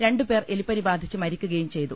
രണ്ടു പേർ എലിപ്പനി ബാധിച്ചു മരിക്കുകയും ചെയ്തു